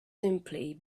simply